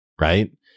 right